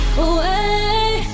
away